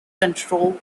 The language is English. control